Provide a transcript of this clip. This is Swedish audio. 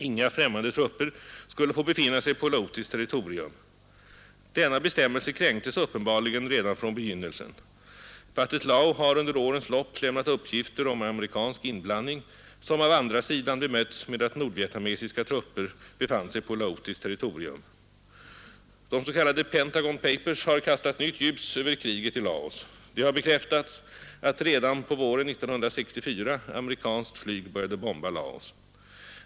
Inga främmande trupper skulle få befinna sig på laotiskt territorium. Denna bestämmelse kränktes uppenbarligen redan från begynnelsen. Pathet Lao har under årens lopp lämnat uppgifter om amerikansk inblandning som av andra sidan bemötts med att nordvietnamesiska trupper befann sig på laotiskt territorium. De s.k. Pentagon Papers har kastat nytt ljus över kriget i Laos. Det har bekräftats att redan på våren 1964 amerikanskt flyg började bomba Laos.